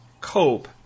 cope